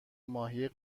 ماهی